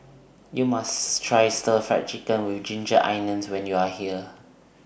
YOU must Try Stir Fried Chicken with Ginger Onions when YOU Are here